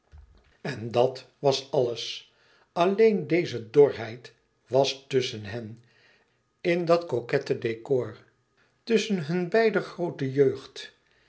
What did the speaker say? en dat was alles alleen deze dorheid was tusschen hen in dat coquette décor tusschen hun beider groote jeugd